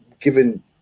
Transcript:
Given